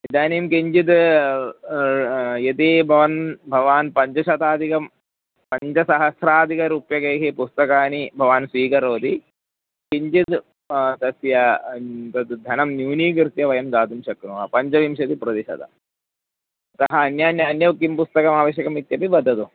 इदानीं किञ्चिद् यदि भवान् भवान् पञ्चशताधिकं पञ्चसहस्राधिकरूप्यकैः पुस्तकानि भवान् स्वीकरोति किञ्चिद् तस्य तद् धनं न्यूनीकृत्य वयं दातुं शक्नुमः पञ्चविंशतिः प्रतिशतम् अतः अन्यान्यत् अन्यौ किं पुस्तकम् आवश्यकम् इत्यपि वदतु